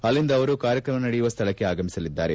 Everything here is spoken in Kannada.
ಅಲ್ಲಿಂದ ಅವರು ಕಾರ್ಯಕ್ರಮ ನಡೆಯುವ ಸ್ವಳಕ್ಕೆ ಆಗಮಿಸಲಿದ್ದಾರೆ